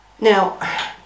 Now